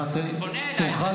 בשביל כבודה של מדינה תחוס